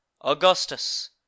Augustus